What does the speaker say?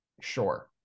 Sure